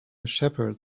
shepherd